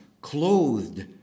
clothed